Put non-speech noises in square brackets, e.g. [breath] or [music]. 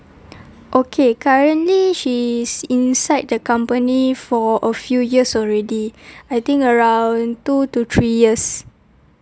okay currently she's inside the company for a few years already [breath] I think around two to three years